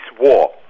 war